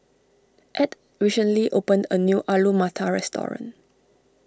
Edd recently opened a new Alu Matar restoring